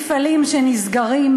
מפעלים שנסגרים,